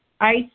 Ice